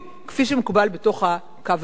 כפי שמקובל בתוך "הקו הירוק".